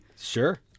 Sure